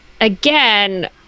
Again